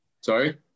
sorry